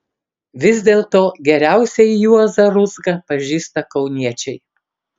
vis dėlto geriausiai juozą ruzgą pažįsta kauniečiai